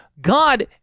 God